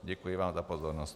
Děkuji vám za pozornost.